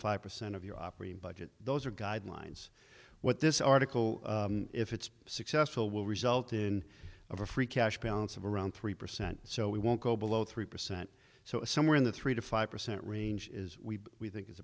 five percent of your operating budget those are guidelines what this article if it's successful will result in a free cash balance of around three percent so we won't go below three percent so it's somewhere in the three to five percent range we think is